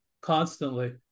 constantly